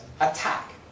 attack